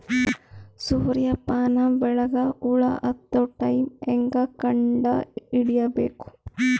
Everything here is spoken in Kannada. ಸೂರ್ಯ ಪಾನ ಬೆಳಿಗ ಹುಳ ಹತ್ತೊ ಟೈಮ ಹೇಂಗ ಕಂಡ ಹಿಡಿಯಬೇಕು?